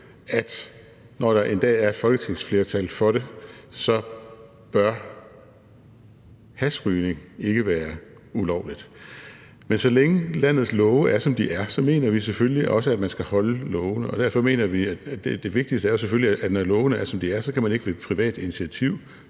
at når der en dag er folketingsflertal for det, bør hashrygning ikke være ulovligt. Men så længe landets love er, som de er, mener vi selvfølgelig også, at man skal overholde lovene. Derfor mener vi, at det vigtigste selvfølgelig er, at når lovene er, som de er, kan man ikke ved privat initiativ